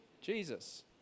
Jesus